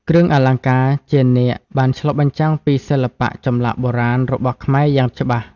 គ្រឿងអលង្ការជានាគបានឆ្លុះបញ្ចាំងពីសិល្បៈចម្លាក់បុរាណរបស់ខ្មែរយ៉ាងច្បាស់។